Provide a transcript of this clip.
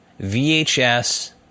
VHS